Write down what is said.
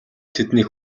тэднийг